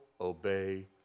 obey